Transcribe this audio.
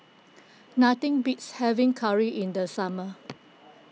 nothing beats having curry in the summer